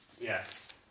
Yes